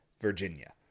Virginia